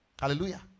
Hallelujah